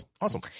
Awesome